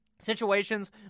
Situations